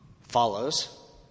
follows